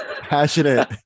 passionate